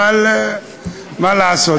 אבל מה לעשות,